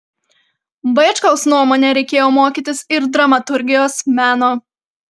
vaičkaus nuomone reikėjo mokytis ir dramaturgijos meno